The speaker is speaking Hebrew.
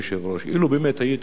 אילו הייתי היועץ